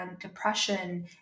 depression